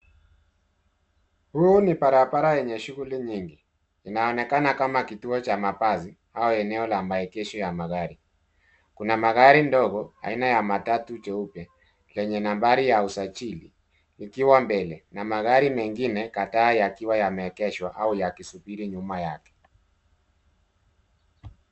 Huu ni barabara yenye shughuli nyingi, inaonekana kama kituo cha mabasi au eneo la maegesho ya magari. Kuna magari ndogo aina ya matatu jeupe lenye nambari ya usajili ikiwa mbele na magari mengine kadhaa yakiwa yameegeshwa au yakisubiri nyuma yake.